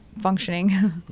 Functioning